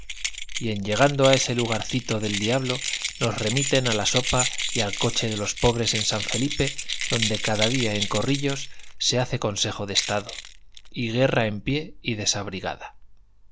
y en llegando a ese lugarcito del diablo nos remiten a la sopa y al coche de los pobres en san felipe donde cada día en corrillos se hace consejo de estado y guerra en pie y desabrigada